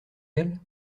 elle